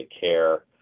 care